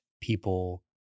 people